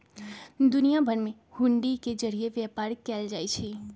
दुनिया भर में हुंडी के जरिये व्यापार कएल जाई छई